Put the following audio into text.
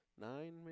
Nine